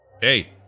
Hey